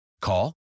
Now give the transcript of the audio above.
Call